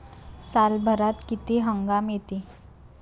सालभरात किती हंगाम येते?